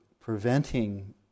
preventing